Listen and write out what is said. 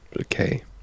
okay